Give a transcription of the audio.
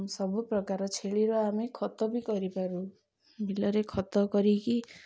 ସବୁପ୍ରକାର ଛେଳିର ଆମେ ଖତ ବି କରିପାରୁ ବିଲ ରେ ଖତ କରିକି